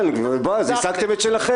כן, בועז, השגתם את שלכם.